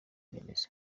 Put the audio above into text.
remezo